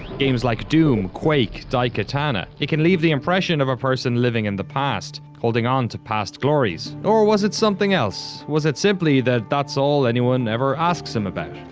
games like doom, quake, daikatana. it can leave the impression of a person living in the past, holding onto past glories. or was it something else? was it simply that that's all anyone ever asks him about?